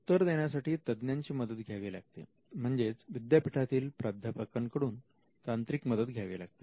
उत्तर देण्यासाठी तज्ञांची मदत घ्यावी लागते म्हणजेच विद्यापीठातील प्राध्यापकांकडून तांत्रिक मदत घ्यावी लागते